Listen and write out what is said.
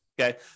okay